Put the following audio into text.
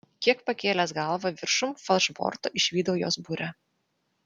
kiek pakėlęs galvą viršum falšborto išvydau jos burę